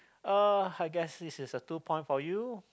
uh I guess this is a two point for you